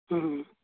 ᱦᱮᱸ ᱦᱮᱸ